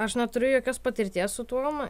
aš neturiu jokios patirties su tuom